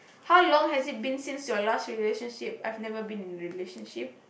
how long has it been since your last relationship I've never been in a relationship